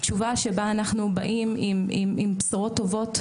תשובה שבה אנחנו באים עם בשורות טובות,